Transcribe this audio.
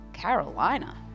Carolina